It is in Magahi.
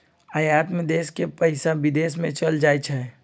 आयात में देश के पइसा विदेश में चल जाइ छइ